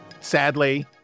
sadly